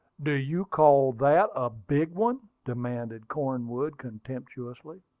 do you call that a big one? demanded cornwood contemptuously.